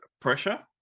pressure